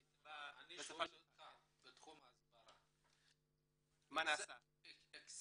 איתמר, אני שואל אותך בתחום ההסברה, הקצבתם